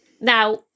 Now